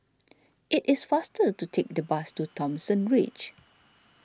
it is faster to take the bus to Thomson Ridge